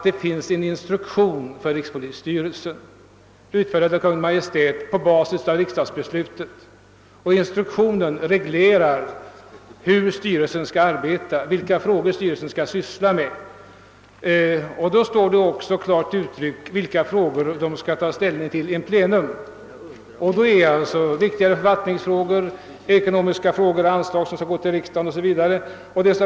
Det finns en instruktion för rikspolisstyrelsen, utfärdad av Kungl. Maj:t på basis av riksdagsbesluten. Denna instruktion reglerar styrelsens arbete och fastslår vilka frågor styrelsen skall behandla. Där har också klart angivits vilka frågor styrelsen in pleno skall ta ställning till. Det är viktigare författningsfrågor, ekonomiska frågor, anslagsäskanden o. s. v.